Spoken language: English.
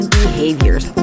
behaviors